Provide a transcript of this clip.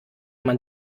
man